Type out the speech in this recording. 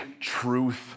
truth